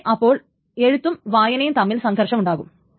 അവിടെ അപ്പോൾ എഴുത്തും വായനയും തമ്മിൽ സംഘർഷം ഉണ്ടാകും